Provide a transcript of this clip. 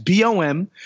BOM